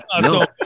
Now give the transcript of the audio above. no